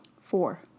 Four